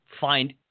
find